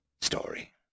story